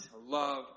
love